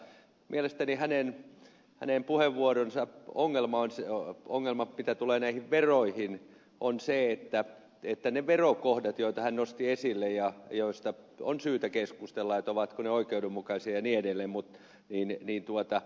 mutta mielestäni hänen puheenvuoronsa ongelma mitä tulee näihin veroihin on se että niiden verokohtien joita hän nosti esille ja joista on syytä keskustella ovatko ne oikeudenmukaisia ja niin edelleen